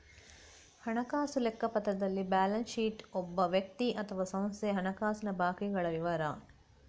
ಹಣಕಾಸು ಲೆಕ್ಕಪತ್ರದಲ್ಲಿ balance sheet ಒಬ್ಬ ವ್ಯಕ್ತಿ ಅಥವಾ ಸಂಸ್ಥೆಯ ಹಣಕಾಸಿನ ಬಾಕಿಗಳ ವಿವರ